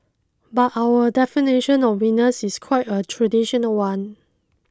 but our definition of winners is quite a traditional one